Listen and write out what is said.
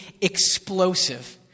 explosive